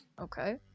Okay